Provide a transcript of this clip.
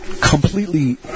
completely